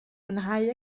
mwynhau